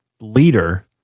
leader